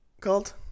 called